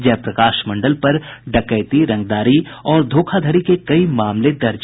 जयप्रकाश मंडल पर डकैती रंगदारी और धोखाधड़ी के कई मामले दर्ज हैं